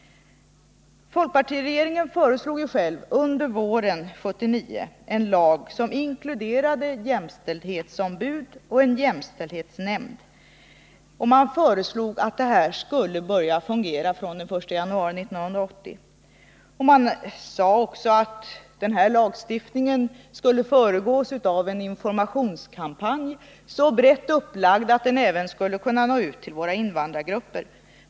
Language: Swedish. Folkpartiregeringen föreslog ju själv under våren 1979 en lag som inkluderade ett jämställdhetsombud och en jämställdhetsnämnd, och man föreslog att detta skulle börja fungera från den 1 januari 1980. Man sade också att denna lagstiftning skulle föregås av en informationskampanj, så brett upplagd att den även skulle kunna nå ut till våra invandrargrupper.